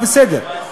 בסדר.